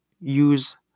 use